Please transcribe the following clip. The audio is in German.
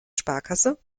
sparkasse